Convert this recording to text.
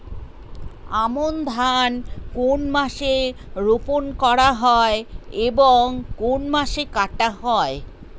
আমন ধান কোন মাসে রোপণ করা হয় এবং কোন মাসে কাটা হয়?